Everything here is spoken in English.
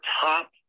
top